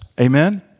Amen